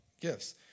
gifts